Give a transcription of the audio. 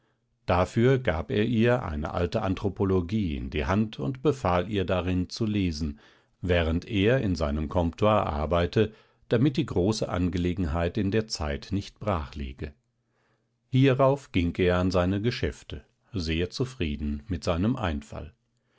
dafür gab er ihr eine alte anthropologie in die hand und befahl ihr darin zu lesen während er in seinem comptoir arbeite damit die große angelegenheit in der zeit nicht brachliege hierauf ging er an seine geschäfte sehr zufrieden mit seinem einfall